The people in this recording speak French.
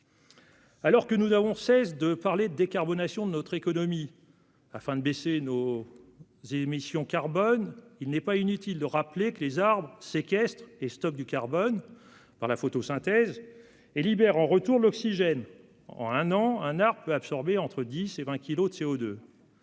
Alors que nous n'avons de cesse de parler de décarbonation de notre économie afin de baisser nos émissions de CO2, il n'est pas inutile de rappeler que les arbres séquestrent et stockent du carbone grâce à la photosynthèse, et libèrent en retour de l'oxygène. En un an, un arbre peut absorber entre 10 et 20 kilogrammes de CO2.